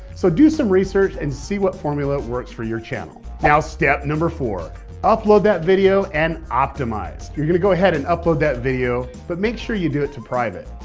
so do some research and see what formula works for your channel. now step number four upload that video and optimize. you're going to go ahead and upload that video, but make sure you do it to private.